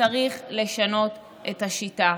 שצריך לשנות את השיטה,